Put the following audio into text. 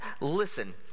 listen